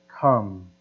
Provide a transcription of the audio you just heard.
come